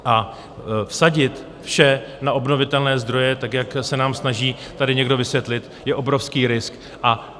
A vsadit vše na obnovitelné zdroje tak, jak se nám snaží tady někdo vysvětlit, je obrovský risk.